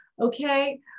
okay